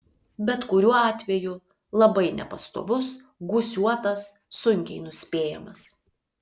bet kuriuo atveju labai nepastovus gūsiuotas sunkiai nuspėjamas